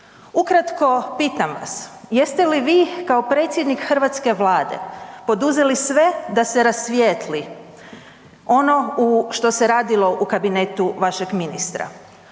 Ukratko pitam vas jeste li kao predsjednik hrvatske Vlade poduzeli sve da se rasvijetli ono što se radilo u kabinetu vašeg ministra?